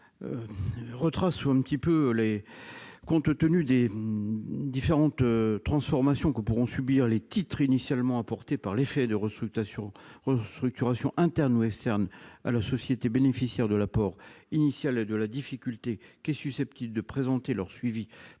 de Philippe Dominati. Compte tenu des différentes transformations que pourront subir les titres initialement apportés par l'effet de restructurations internes ou externes à la société bénéficiaire de l'apport initial, et de la difficulté qu'est susceptible de présenter leur suivi